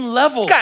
level